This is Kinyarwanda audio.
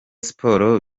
sports